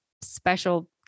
special